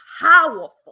powerful